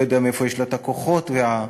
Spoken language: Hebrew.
לא יודע מאיפה יש לה את הכוחות והעוצמה